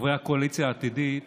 חברי הקואליציה העתידית